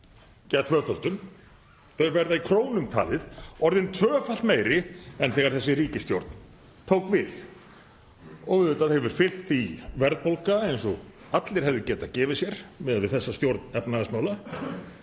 nemur tvöföldun. Þau verða í krónum talið orðin tvöfalt meiri en þegar þessi ríkisstjórn tók við. Auðvitað hefur fylgt því verðbólga, eins og allir hefðu getað gefið sér miðað við þessa stjórn efnahagsmála,